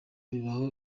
bibaho